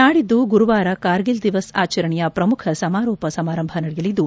ನಾಡಿದ್ದು ಗುರುವಾರ ಕಾರ್ಗಿಲ್ ದಿವಸ್ ಆಚರಣೆಯ ಶ್ರಮುಖ ಸಮಾರೋಪ ಸಮಾರಂಭ ನಡೆಯಲಿದ್ದು